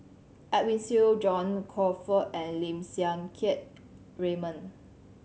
Edwin Siew John Crawfurd and Lim Siang Keat Raymond